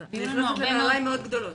אני נכנסת לנעליים מאוד גדולות.